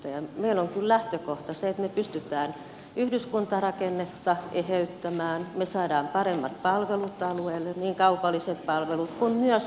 meillä on kyllä lähtökohta se että me pystymme yhdyskuntarakennetta eheyttämään me saamme paremmat palvelut alueelle niin kaupalliset palvelut kuin myös kunnalliset palvelut